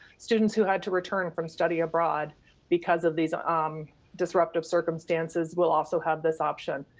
students who had to return from study abroad because of these ah um disruptive circumstances will also have this option.